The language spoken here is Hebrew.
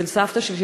אצל סבתא שלי,